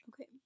Okay